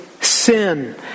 sin